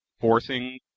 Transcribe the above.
forcing